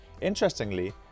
Interestingly